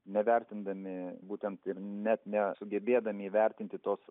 nevertindami būtent ir net nesugebėdami įvertinti tos